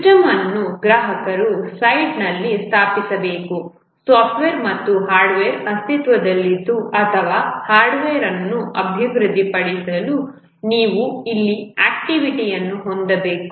system ಅನ್ನು ಗ್ರಾಹಕರ ಸೈಟ್ನಲ್ಲಿ ಸ್ಥಾಪಿಸಬೇಕು ಸಾಫ್ಟ್ ವೇರ್ ಮತ್ತು ಹಾರ್ಡ್ವೇರ್ ಅಸ್ತಿತ್ವದಲ್ಲಿದೆ ಅಥವಾ ಹಾರ್ಡ್ವೇರ್ ಅನ್ನು ಅಭಿವೃದ್ಧಿಪಡಿಸಲು ನೀವು ಇಲ್ಲಿ ಆಕ್ಟಿವಿಟಿಯನ್ನು ಹೊಂದಬಹುದು